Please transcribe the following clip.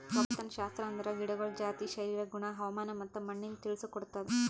ಒಕ್ಕಲತನಶಾಸ್ತ್ರ ಅಂದುರ್ ಗಿಡಗೊಳ್ದ ಜಾತಿ, ಶರೀರ, ಗುಣ, ಹವಾಮಾನ ಮತ್ತ ಮಣ್ಣಿನ ತಿಳುಸ್ ಕೊಡ್ತುದ್